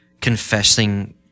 Confessing